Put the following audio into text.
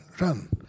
run